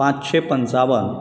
पांचशें पंचावन